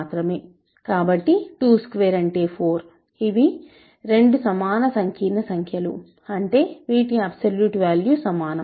కాబట్టి 22 అంటే 4 ఇవి 2 సమాన సంకీర్ణ సంఖ్యలు అంటే వీటి అబ్సోల్యూట్ వాల్యు సమానం